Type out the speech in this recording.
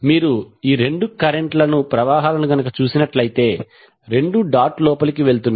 మీరు ఈ రెండు కరెంట్ ప్రవాహాలను చూస్తే రెండూ డాట్ లోపలికి వెళ్తున్నాయి